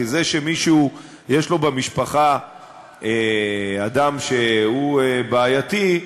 כי זה שמישהו יש לו במשפחה אדם שהוא בעייתי,